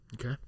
Okay